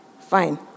Fine